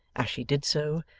as she did so,